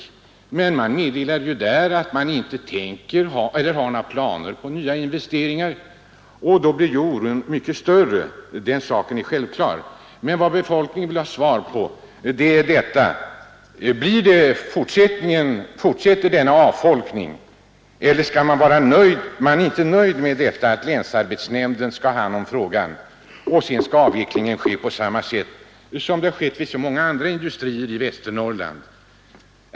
Mo och Domsjö AB meddelade att man inte har några planer på nya investeringar, därifrån är tydligen intet att vänta. Vad befolkningen vill ha svar på är frågan: Skall avfolkningen fortsätta? Man är inte nöjd med att länsarbetsnämnden skall ha hand om frågan och att sedan avvecklingen skall ske på samma sätt som skett vid så många andra industrier i Västernorrland.